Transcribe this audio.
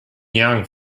young